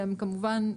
שכמובן,